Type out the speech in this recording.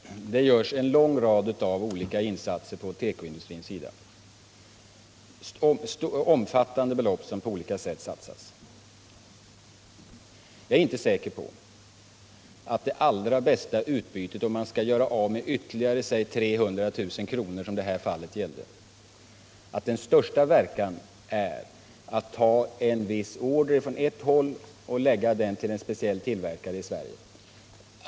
Herr talman! Det görs en lång rad olika insatser på tekoindustrins sida, och det är omfattande belopp som på olika sätt satsas. Jag är inte säker på att man får det bästa utbytet, om man skall göra av med ytterligare t.ex. 300 000 kr., som det här fallet gällde, genom att man tar en viss order från ett håll och lägger den hos en speciell tillverkare i Sverige.